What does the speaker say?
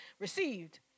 received